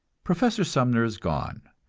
professor sumner is gone,